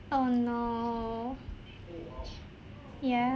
oh no yeah